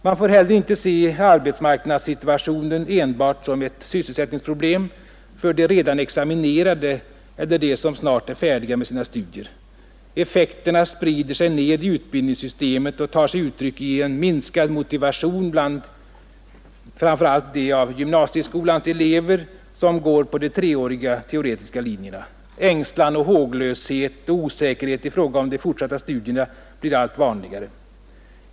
Man får inte heller se arbetsmarknadssituationen enbart som ett sysselsättningsproblem för de redan examinerade eller för dem som snart är färdiga med sina studier. Effekterna sprider sig ned i utbildningssystemet och tar sig uttryck i en minskad motivation bland framför allt de av gymnasieskolans elever som går på de treåriga teoretiska linjerna. Ängslan, håglöshet och osäkerhet i fråga om de fortsatta studierna blir allt vanligare.